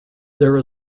there